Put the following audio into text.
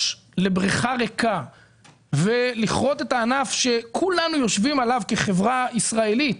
לבריכה ריקה ולכרות את הענף שכולנו יושבים עליו כחברה ישראלית,